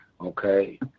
Okay